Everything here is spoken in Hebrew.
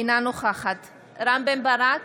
אינה נוכחת רם בן ברק,